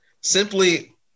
simply